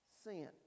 sin